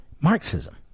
Marxism